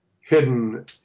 hidden